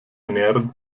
ernähren